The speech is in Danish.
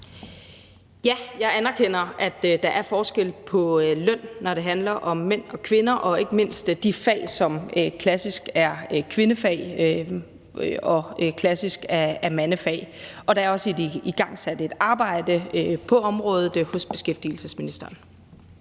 Ja, jeg anerkender, at der er forskel på løn, når det handler om mænd og kvinder og ikke mindst i forbindelse med de fag, som klassisk er kvindefag og klassisk er mandefag, og der er også igangsat et arbejde på området hos beskæftigelsesministeren.